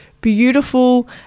beautiful